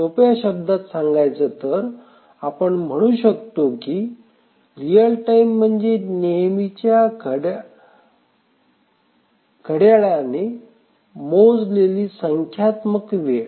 सोप्या शब्दात सांगायचं तर आपण म्हणू शकतो की रिअल टाईम म्हणजे नेहमीच्या घड्याळाने मोजलेली संख्यात्मक वेळ